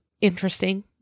interesting